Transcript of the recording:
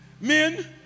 Men